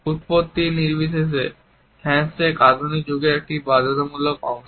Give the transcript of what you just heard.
উৎপত্তি নির্বিশেষে হ্যান্ডশেক আধুনিক যুগের একটি বাধ্যতামূলক অংশ